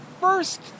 first